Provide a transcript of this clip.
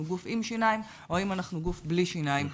גוף עם שיניים או אם אנחנו גוף בלי שיניים.